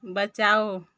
बचाओ